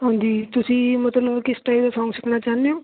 ਹਾਂਜੀ ਤੁਸੀਂ ਮਤਲਬ ਕਿਸ ਟਾਈਪ ਦੇ ਸੋਂਗ ਸੁਣਨਾ ਚਾਹੁੰਦੇ ਹੋ